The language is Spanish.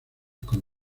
con